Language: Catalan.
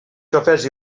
cafès